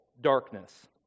darkness